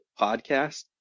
podcast